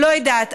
לא יודעת.